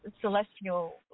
celestial